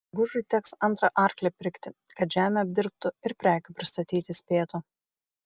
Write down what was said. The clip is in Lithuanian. gužui teks antrą arklį pirkti kad žemę apdirbtų ir prekių pristatyti spėtų